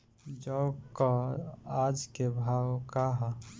जौ क आज के भाव का ह?